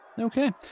Okay